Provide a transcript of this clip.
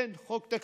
כן, חוק תקציבים.